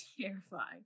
terrifying